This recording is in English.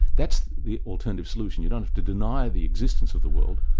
that's the alternative solution, you don't have to deny the existence of the world,